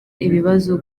ibibazo